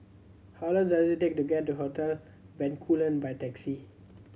how long does it take to get to Hotel Bencoolen by taxi